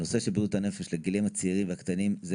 הנושא של בריאות הנפש לגילאים הצעירים והקטנים זו